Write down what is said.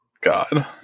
God